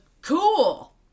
cool